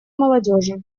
молодежи